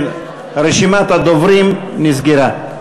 כן, רשימת הדוברים נסגרה.